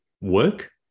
work